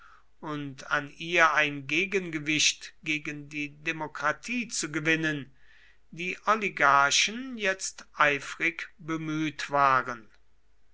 und an ihr ein gegengewicht gegen die demokratie zu gewinnen die oligarchen jetzt eifrig bemüht waren